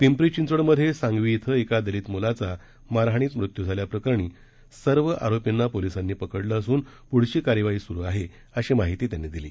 पिपरी चिंचवड मधे सांगवी इथं एका दलित मुलाचा मारहाणीत मृत्यू झाल्या प्रकरणी सर्व आरोपींना पोलिसांनी पकडलं असून पुढील कार्यवाही सुरू आहे अशी माहिती त्यांनी दिली